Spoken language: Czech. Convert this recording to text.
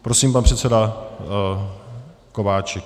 Prosím, pan předseda Kováčik.